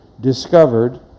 discovered